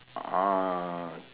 uh